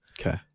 okay